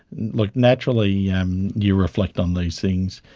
look, naturally um you reflect on these things.